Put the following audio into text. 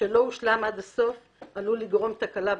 שלא הושלם עד הסוף יכול לגרום לתקלה בהבנה.